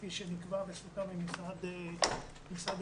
כפי שנקבע וסוכם עם משרד הבריאות.